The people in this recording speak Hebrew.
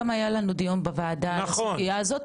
היה לנו דיון בוועדה על הסוגיה הזאת,